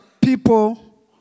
people